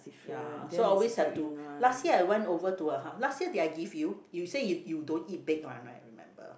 ya so always have to last year I went over to her house last year did I give you you said you you don't eat baked one right I remember